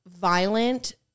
violent